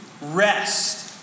rest